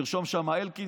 לרשום שם אלקין,